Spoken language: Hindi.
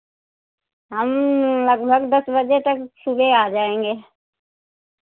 हम लगभग दस बजे तक सुबह आ जाएँगे